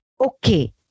Okay